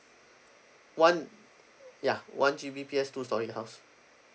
one ya one G_B_P_S two storey the house